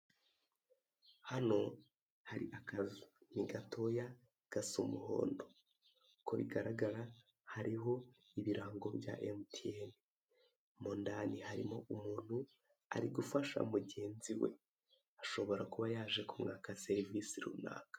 Hano hari akazu ni gatoya gasa umuhondo uko bigaragara hariho ibirango bya emutiyeni. Mo ndani harimo umuntu uri gufasha mugenzi we, ashobora kuba yaje kumwaka serivise runaka.